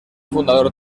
fundador